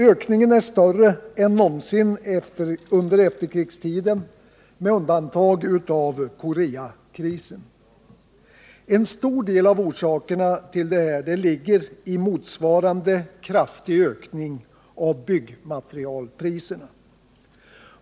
Ökningen är större än någonsin under efterkrigstiden med undantag av Koreakrisen. En stor del av orsakerna till detta ligger i motsvarande kraftiga ökning av byggmaterialpriserna.